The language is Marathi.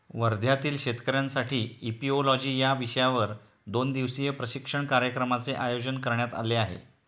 वर्ध्यातील शेतकऱ्यांसाठी इपिओलॉजी या विषयावर दोन दिवसीय प्रशिक्षण कार्यक्रमाचे आयोजन करण्यात आले आहे